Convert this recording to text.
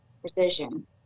precision